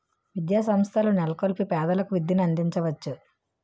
విద్యాసంస్థల నెలకొల్పి పేదలకు విద్యను అందించవచ్చు